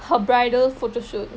her bridal photoshoot